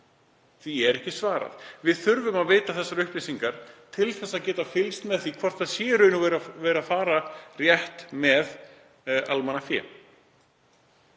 Því er ekki svarað. Við þurfum að fá þessar upplýsingar til að geta fylgst með því hvort það sé í raun og veru farið rétt með almannafé,